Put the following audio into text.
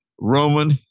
Roman